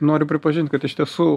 noriu pripažint kad iš tiesų